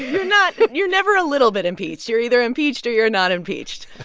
you're not you're never a little bit impeached. you're either impeached, or you're not impeached.